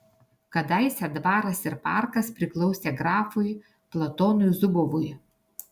kadaise dvaras ir parkas priklausė grafui platonui zubovui